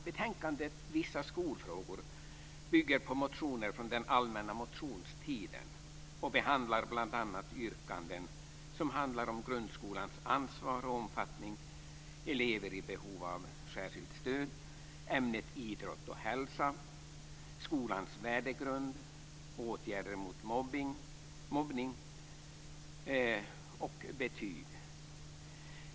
Betänkandet Vissa skolfrågor bygger på motioner från den allmänna motionstiden och behandlar bl.a. yrkanden som handlar om grundskolans ansvar och omfattning, elever med behov av särskilt stöd, ämnet idrott och hälsa, skolans värdegrund, åtgärder mot mobbning samt betyg.